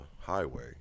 highway